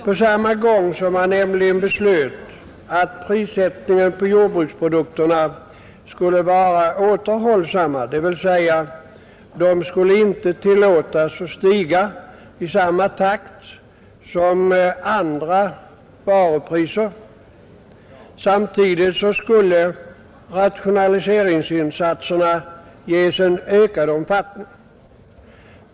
På samma gång som man nämligen beslöt att prissättningen på jordbruksprodukterna skulle vara återhållsam, dvs. priserna på jordbruksprodukter skulle inte tillåtas stiga i samma takt som andra varupriser, skulle rationaliseringsinsatserna ges en ökad omfattning.